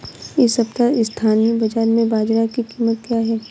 इस सप्ताह स्थानीय बाज़ार में बाजरा की कीमत क्या है?